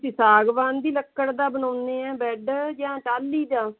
ਤੁਸੀਂ ਸਾਗਵਾਨ ਦੀ ਲੱਕੜ ਦਾ ਬਣਾਉਂਦੇ ਆ ਬੈੱਡ ਜਾਂ ਟਾਲੀ ਦਾ